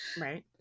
Right